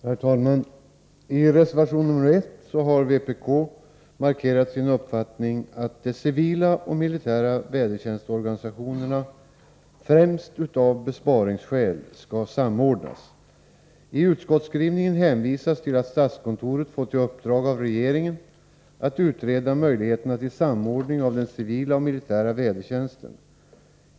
Herr talman! I reservation 1 har vpk markerat sin uppfattning att de civila och militära vädertjänstsorganisationerna — främst av besparingsskäl — skall samordnas. I utskottsskrivningen hänvisas till att statskontoret fått i uppdrag av regeringen att utreda möjligheterna till samordning av den civila och militära vädertjänsten.